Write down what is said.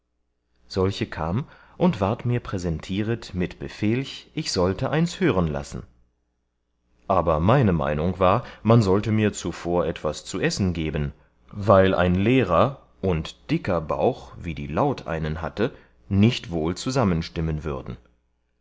solche kam und ward mir präsentieret mit befelch ich sollte eins hören lassen aber meine meinung war man sollte mir zuvor etwas zu essen geben weil ein leerer und dicker bauch wie die laut einen hatte nicht wohl zusammenstimmen würden